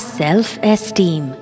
self-esteem